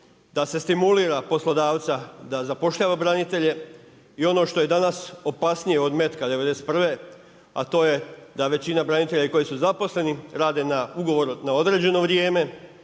da se stimulira poslodavca da zapošljava branitelje. I ono što je danas opasnije od metka '91. a to je da većina branitelja i koji su zaposleni rade na ugovor na određeno vrijeme